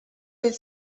del